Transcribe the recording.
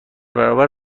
برابر